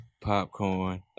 Popcorn